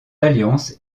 alliance